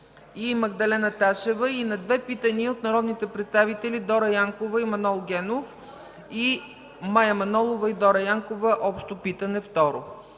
и Магдалена Ташева и на две питания от народните представители Дора Янкова и Манол Генов, и Мая Манолова и Дора Янкова – общо питане, второ;